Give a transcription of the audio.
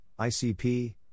ICP